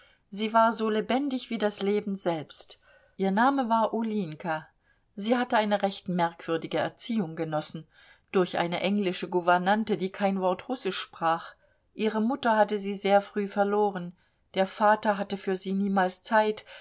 sie war so lebendig wie das leben selbst ihr name war ulinjka sie hatte eine recht merkwürdige erziehung genossen durch eine englische gouvernante die kein wort russisch sprach ihre mutter hatte sie sehr früh verloren der vater hatte für sie niemals zeit